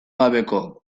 gabeko